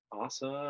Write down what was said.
Awesome